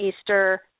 Easter